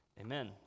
Amen